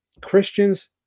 Christians